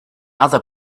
other